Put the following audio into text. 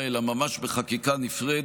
אלא ממש בחקיקה נפרדת,